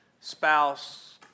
spouse